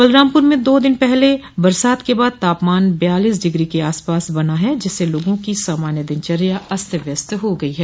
बलरामपुर में दो दिन पहले बरसात के बाद तापमान बयालीस डिग्री के आसपास बना है जिससे लोगों की सामान्य दिनचर्या अस्त व्यस्त हो गई है